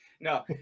No